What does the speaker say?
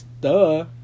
Duh